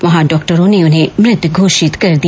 वहां डॉक्टरों ने उन्हें मृत घोषित कर दिया